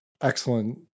excellent